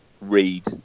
read